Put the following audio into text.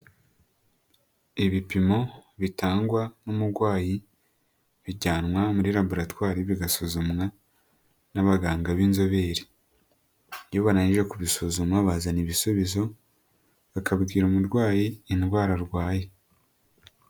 Ibipimo bitangwa n'umurwayi bijyanwa muri raboratwari bigasuzumwa n'abaganga b'inzobere, iyo barangije kubisuzuma bazana ibisubizo bakabwira umurwayi indwara arwaye.